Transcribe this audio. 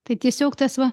tai tiesiog tas va